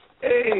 Hey